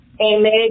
Amen